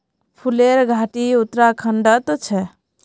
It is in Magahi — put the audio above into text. फूलेर घाटी उत्तराखंडत छे